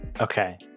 Okay